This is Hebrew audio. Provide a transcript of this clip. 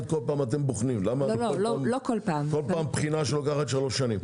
למה כל פעם בחינה שלוקחת שלוש שנים?